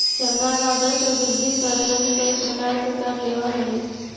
सरकार राजस्व वृद्धि करे लगी कईक प्रकार के कर लेवऽ हई